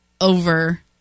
over